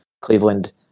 Cleveland